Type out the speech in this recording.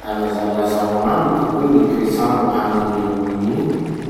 Mba lazalazao agnamiko hoe gny toetsandro agny Royaume-Uni?